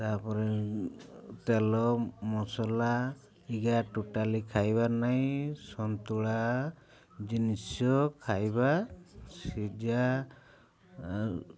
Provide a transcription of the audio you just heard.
ତା'ପରେ ତେଲ ମସଲା ଇଗା ଟୋଟାଲି ଖାଇବା ନାଇଁ ସନ୍ତୁଳା ଜିନିଷ ଖାଇବା ସିଝା